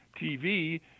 TV